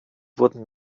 wurden